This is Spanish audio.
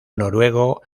noruego